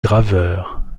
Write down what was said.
graveur